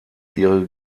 ihre